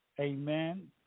Amen